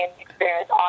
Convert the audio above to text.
experience